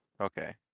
Okay